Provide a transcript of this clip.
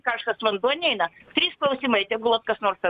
karštas vanduo neina trys klausimai tegul vat kas nors at